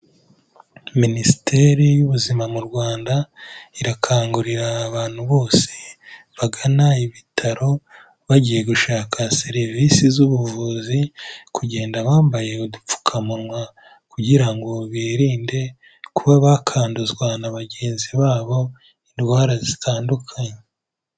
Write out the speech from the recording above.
Minisiteri y'Ubuzima mu Rwanda, irakangurira abantu bose bagana ibitaro, bagiye gushaka serivisi z'ubuvuzi, kugenda bambaye udupfukamunwa kugira ngo birinde, kuba bakanduzwa na bagenzi babo, indwara zitandukanye.